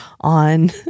on